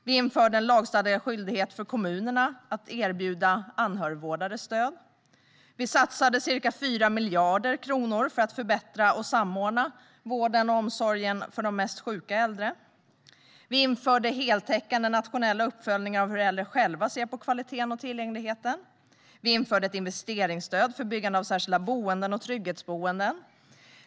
Vi införde en lagstadgad skyldighet för kommunerna att erbjuda anhörigvårdare stöd. Vi satsade ca 4 miljarder kronor för att förbättra och samordna vården och omsorgen för de mest sjuka äldre. Vi införde heltäckande nationella uppföljningar av hur äldre själva ser på kvaliteten och tillgängligheten. Vi införde ett investeringsstöd för byggande av särskilda boenden och trygghetsboenden.